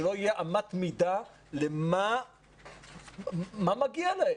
שלא יהיה אמת מידה למה מגיע להם.